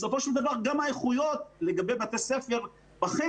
בסופו של דבר גם האיכויות לגבי בתי ספר בחמ"ד.